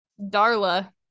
Darla